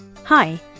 Hi